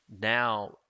Now